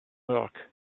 milk